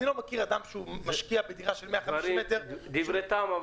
אני לא מכיר אדם שמשקיע בדירה של 150 מ' --- דברי טעם,